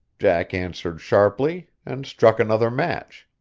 jack answered sharply, and struck another match.